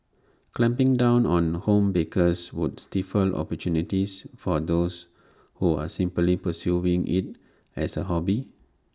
clamping down on home bakers would stifle opportunities for those who are simply pursuing IT as A hobby